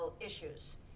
issues